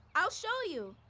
i'll show you.